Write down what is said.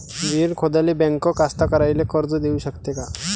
विहीर खोदाले बँक कास्तकाराइले कर्ज देऊ शकते का?